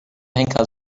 henker